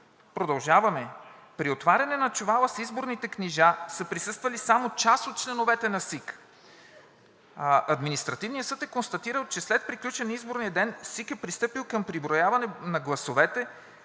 продължаваме, при отваряне на чувала с изборните книжа са присъствали само част от членовете на СИК. Административният съд е констатирал, че след приключване на изборния ден СИК е пристъпил към преброяване на гласовете,